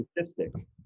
statistic